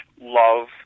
love